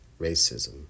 racism